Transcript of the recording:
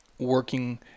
working